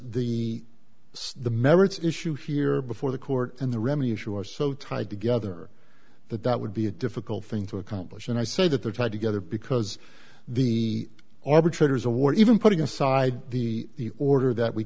the the merits issue here before the court and the remedy issue are so tied together that that would be a difficult thing to accomplish and i say that they're tied together because the arbitrators a war even putting aside the order that we